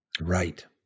Right